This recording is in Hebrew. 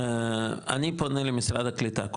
אני פונה למשרד הקליטה,